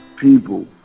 people